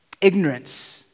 ignorance